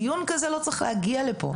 דיון כזה לא צריך להגיע לפה.